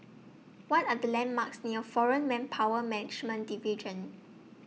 What Are The landmarks near Foreign Manpower Management Division